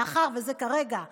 מאחר שזה כרגע נתפס,